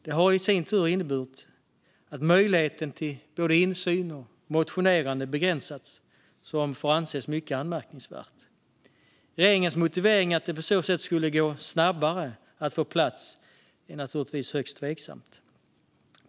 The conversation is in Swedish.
Det har i sin tur inneburit att möjligheten till både insyn och motionerande har begränsats, vilket får anses vara mycket anmärkningsvärt. Regeringens motivering att det på så sätt skulle gå snabbare att få detta på plats är naturligtvis högst tveksam.